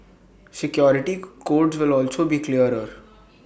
security codes will also to be clearer